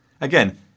Again